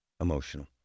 emotional